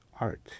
art